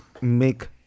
make